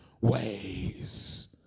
ways